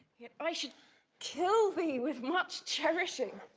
yet i should kill thee with much cherishing.